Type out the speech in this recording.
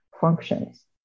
functions